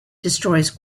destroys